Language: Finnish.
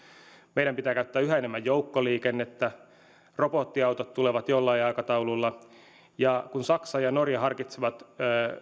meidän pitää käyttää yhä enemmän joukkoliikennettä robottiautot tulevat jollain aikataululla kun saksa ja norja harkitsevat